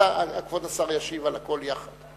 כבוד השר ישיב על הכול יחד.